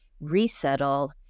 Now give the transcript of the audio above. resettle